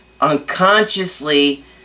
unconsciously